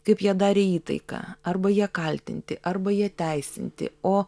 kaip jie darė įtaiką arba jie kaltinti arba jie teisinti o